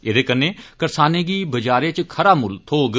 एहदे कन्नै करसानें गी बजारें इच खरा मुल्ल थ्होग